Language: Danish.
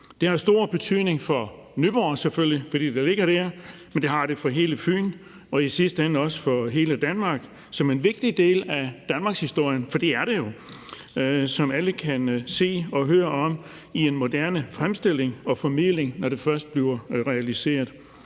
fordi det ligger der, og det har det for hele Fyn og i sidste ende også for hele Danmark som en vigtig del af danmarkshistorien, for det er det jo, hvad alle kan se og høre om i en moderne fremstilling og formidling, når det først bliver realiseret.